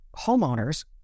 homeowners